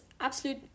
absolute